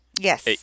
Yes